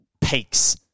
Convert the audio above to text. peaks